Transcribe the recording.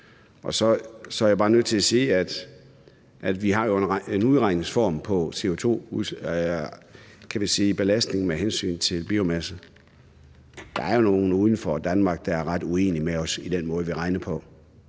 Så er jeg bare nødt til at sige, at vi har en udregningsformel for CO2-belastning med hensyn til biomasse. Der er jo nogen uden for Danmark, der er ret uenige med os i den måde, vi regner på.